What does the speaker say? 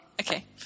okay